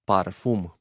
Parfum